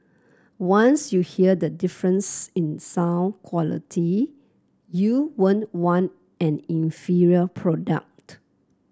once you hear the difference in sound quality you won't want an inferior product